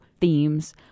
themes